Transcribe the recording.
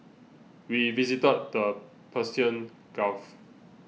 we visited the Persian Gulf